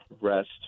rest